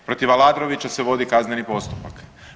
Protiv Aladrovića se vodi kazneni postupak.